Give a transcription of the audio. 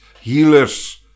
healers